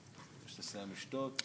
כשתסיים לשתות.